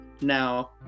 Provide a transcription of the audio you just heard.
now